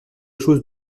chose